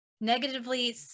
negatively